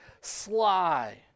sly